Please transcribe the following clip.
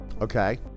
Okay